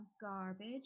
garbage